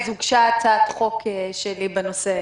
הוגשה הצעת חוק שלי בנושא.